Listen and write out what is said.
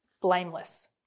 blameless